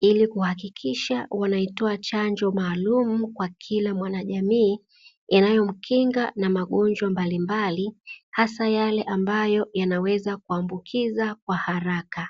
ili kuhakikisha wanaitoa chanjo maalumu kwa kila mwanajamii yanayomkinga na magonjwa mbalimbali hasa yale ambayo yanaweza kuambukiza kwa haraka.